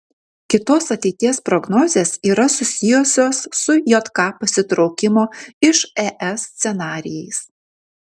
kitos ateities prognozės yra susijusios su jk pasitraukimo iš es scenarijais